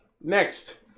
Next